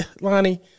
Lonnie